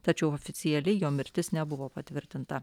tačiau oficiali jo mirtis nebuvo patvirtinta